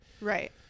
Right